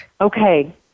Okay